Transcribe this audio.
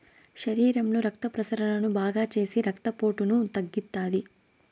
శరీరంలో రక్త ప్రసరణను బాగాచేసి రక్తపోటును తగ్గిత్తాది